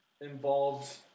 involved